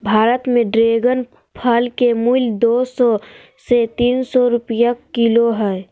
भारत में ड्रेगन फल के मूल्य दू सौ से तीन सौ रुपया किलो हइ